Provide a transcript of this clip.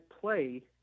play